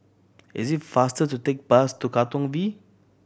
is it faster to take bus to Katong V